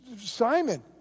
Simon